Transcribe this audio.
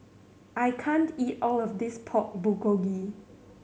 I can't eat all of this Pork Bulgogi